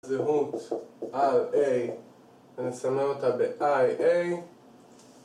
זהות rA, אני אסמן אותה ב-iA